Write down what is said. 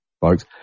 folks